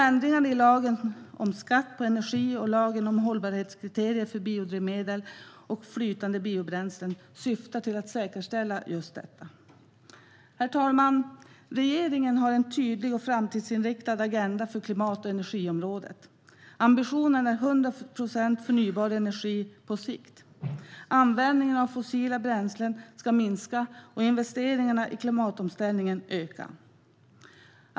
Ändringarna i lagen om skatt på energi och lagen om hållbarhetskriterier för biodrivmedel och flytande biobränslen syftar till att säkerställa just detta. Herr talman! Regeringen har en tydlig och framtidsinriktad agenda för klimat och energiområdet. Ambitionen är 100 procent förnybar energi på sikt. Användningen av fossila bränslen ska minska och investeringarna i klimatomställningen öka.